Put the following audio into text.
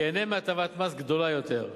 ייהנה מהטבת מס גדולה יותר,